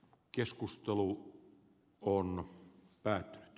keskustelu on päättynyt